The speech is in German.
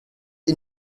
ihn